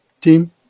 team